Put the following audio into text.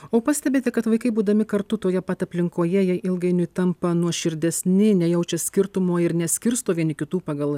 o pastebite kad vaikai būdami kartu toje pat aplinkoje jie ilgainiui tampa nuoširdesni nejaučia skirtumo ir neskirsto vieni kitų pagal